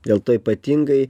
dėl to ypatingai